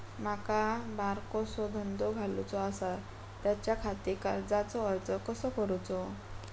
माका बारकोसो धंदो घालुचो आसा त्याच्याखाती कर्जाचो अर्ज कसो करूचो?